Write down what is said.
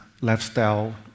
lifestyle